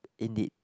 indeed